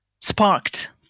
sparked